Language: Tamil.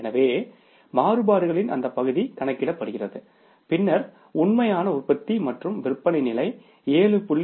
எனவே மாறுபாடுகளின் அந்த பகுதி கணக்கிடப்படுகிறது பின்னர் உண்மையான உற்பத்தி மற்றும் விற்பனை நிலை 7